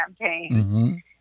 campaign